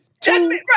Two